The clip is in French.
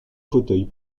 fauteuil